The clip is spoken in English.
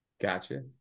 Gotcha